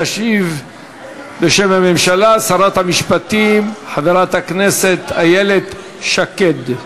תשיב בשם הממשלה שרת המשפטים חברת הכנסת איילת שקד.